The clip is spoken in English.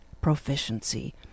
proficiency